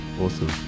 awesome